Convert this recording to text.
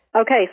Okay